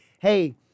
hey